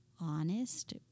honest